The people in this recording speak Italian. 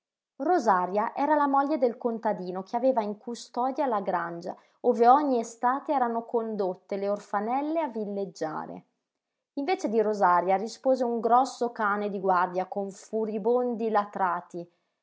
rosaria era la moglie del contadino che aveva in custodia la grangia ove ogni estate erano condotte le orfanelle a villeggiare invece di rosaria rispose un grosso cane di guardia con furibondi latrati